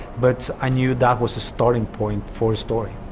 but i knew that was the starting point for a story.